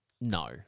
No